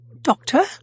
Doctor